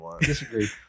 Disagree